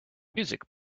music